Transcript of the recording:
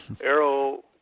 Arrow